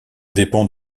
dépend